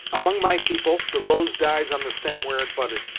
among my people, the rose dies on the stem where it budded,